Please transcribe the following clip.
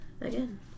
Again